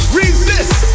resist